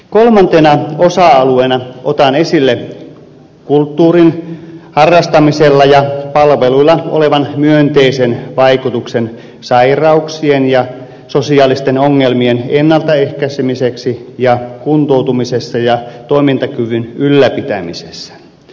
kolmantena osa alueena otan esille kulttuurin harrastamisella ja palveluilla olevan myönteisen vaikutuksen sairauksien ja sosiaalisten ongelmien ennaltaehkäisemisessä ja kuntoutumisessa ja toimintakyvyn ylläpitämisessä